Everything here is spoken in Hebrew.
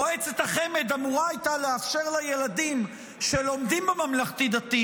מועצת החמ"ד אמורה הייתה לאפשר לילדים שלומדים בממלכתי-דתי